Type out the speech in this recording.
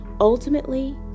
Ultimately